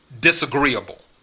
disagreeable